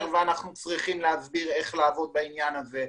ואנחנו צריכים להסביר איך לעבוד בעניין הזה.